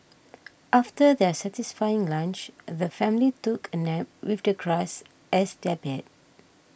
after their satisfying lunch the family took a nap with the grass as their bed